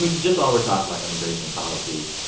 just while we're talking about immigration policy,